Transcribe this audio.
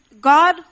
God